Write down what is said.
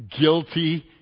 guilty